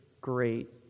great